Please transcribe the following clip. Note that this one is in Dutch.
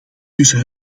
tussen